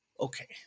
Okay